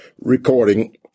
recording